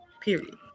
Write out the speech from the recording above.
Period